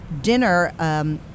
dinner